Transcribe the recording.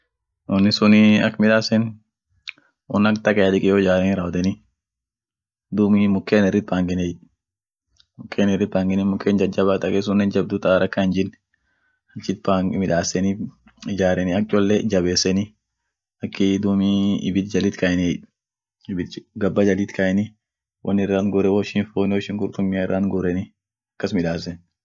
wonisunii ak midaasen won ak takea dikeyo midaaseni raawoteni duumi mukeen irit paangeni mukeen jajaba take suunen ta jabdua, ak chole jabeeseni inajaaren dumii ibid jaliit kayenie ibid gaba woishin kurtumia iraant guuren